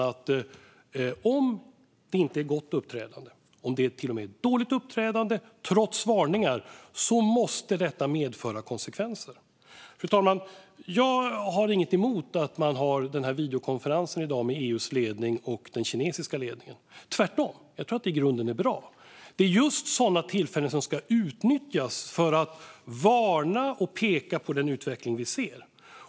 Om ett uppträdande inte är gott utan till och med är dåligt, trots varningar, måste detta medföra konsekvenser. Fru talman! Jag har inget emot den videokonferens som EU:s ledning ska ha med den kinesiska ledningen. Jag tror tvärtom att det i grunden är bra. Det är just sådana tillfällen som ska utnyttjas för att varna och peka på den utveckling som vi ser.